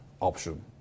option